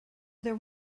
there